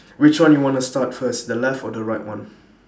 which one you want to start first the left or the right one